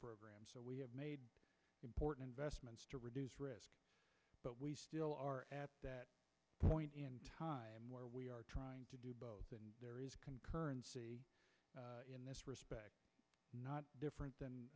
program so we have made important vestments to reduce risk but we still are at that point in time where we are trying to do both and there is concurrency respect not different than